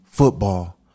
Football